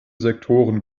sektoren